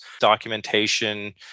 documentation